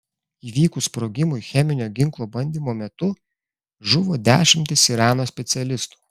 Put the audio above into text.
įvykus sprogimui cheminio ginklo bandymo metu žuvo dešimtys irano specialistų